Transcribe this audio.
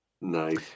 nice